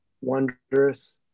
wondrous